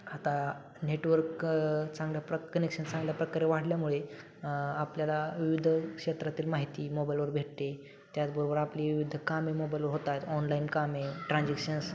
आता नेटवर्क चांगल्या प्र कनेक्शन चांगल्या प्रकारे वाढल्यामुळे आपल्याला विविध क्षेत्रातील माहिती मोबाईलवर भेटते त्याचबरोबर आपली विविध कामे मोबाईलवर होतात ऑनलाईन कामे ट्रान्झेक्शन्स